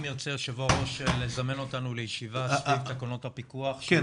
אם ירצה היו"ר לזמן אותנו לישיבה סביב תקנות הפיקוח --- רק